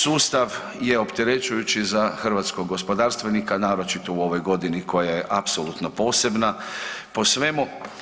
Sustav je opterećujući za hrvatskog gospodarstvenika, naročito u ovoj godini koja je apsolutno posebna po svemu.